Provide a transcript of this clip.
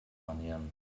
manieren